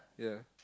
yeah